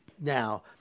now